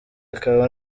akaba